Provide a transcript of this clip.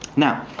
now,